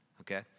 Okay